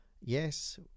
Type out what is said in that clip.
Yes